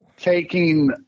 taking